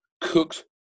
cooked